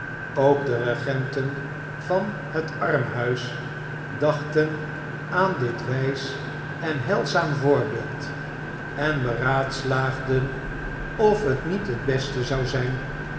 ook de regenten van het armhuis dachten aan dit wijs en heilzaam voorbeeld en olivier twist beraadslaagden of t niet het beste zou zijn